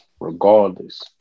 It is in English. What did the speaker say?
Regardless